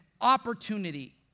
opportunity